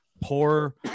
poor